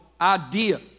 idea